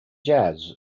jazz